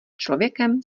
člověkem